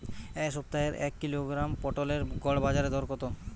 এ সপ্তাহের এক কিলোগ্রাম পটলের গড় বাজারে দর কত?